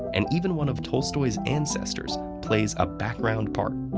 and even one of tolstoy's ancestors plays a background part.